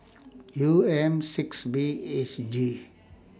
U M six B H G